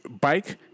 bike